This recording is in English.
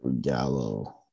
Gallo